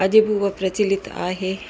अॼु बि उहा प्रचलित आहे